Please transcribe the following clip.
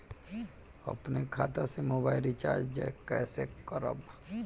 अपने खाता से मोबाइल रिचार्ज कैसे करब?